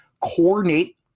coordinate